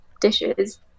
dishes